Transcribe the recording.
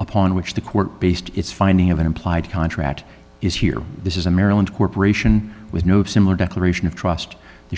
upon which the court based its finding of an implied contract is here this is a maryland corporation with no similar declaration of trust the